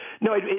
No